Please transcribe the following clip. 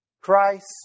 Christ